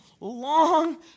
long